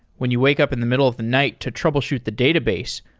when you wake up in the middle of the night to troubleshoot the database,